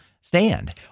stand